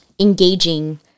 engaging